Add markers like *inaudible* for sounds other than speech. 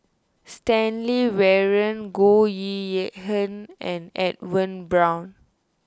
Stanley Warren Goh *unintelligible* and Edwin Brown